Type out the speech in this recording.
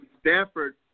Stanford